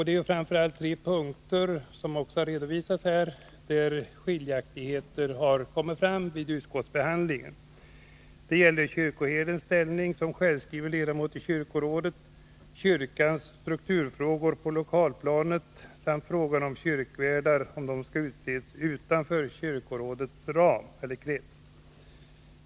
Det är framför allt på tre punkter, såsom också har redovisats här, som skiljaktigheter har kommit fram vid utskottsbehandlingen. Det gäller kyrkoherdens ställning som självskriven ledamot i kyrkorådet, kyrkans strukturfrågor på lokalplanet samt frågan om kyrkvärdar skall utses utanför kyrkorådets krets.